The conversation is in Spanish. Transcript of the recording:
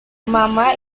mamá